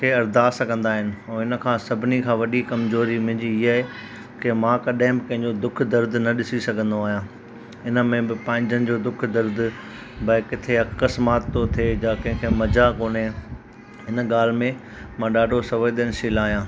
के अरदास कंदा आहिनि ऐं इन खां सभिनी खां वॾी कमजोरी मुंहिंजी हीअ आहे की मां कॾहिं बि कंहिंजो दुख दर्द न ॾिसी सघंदो आहियां इन में बि पंहिंजनि जो दुख दर्द भाई किथे अकसमात थो थिए जा कंहिंखे मजा कोन्हे इन ॻाल्हि में मां ॾाढो सवेंदनशील आहियां